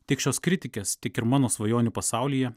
tiek šios kritikės tiek ir mano svajonių pasaulyje